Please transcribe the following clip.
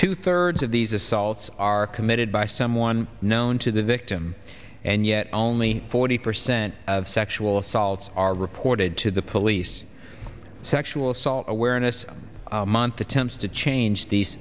two thirds of these assaults are committed by someone known to the victim and yet only forty percent of sexual assaults are reported to the police sexual assault awareness month attempts to change these